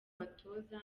batoza